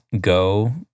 go